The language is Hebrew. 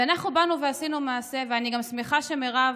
ואנחנו באנו ועשינו מעשה, ואני גם שמחה שמרב,